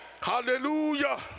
hallelujah